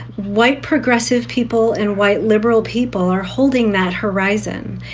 white progressive people and white liberal people are holding that horizon.